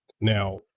Now